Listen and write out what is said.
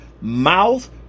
mouth